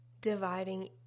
dividing